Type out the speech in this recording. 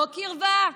לא קרבה.